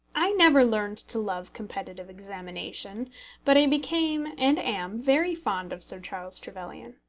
i never learned to love competitive examination but i became, and am, very fond of sir charles trevelyan.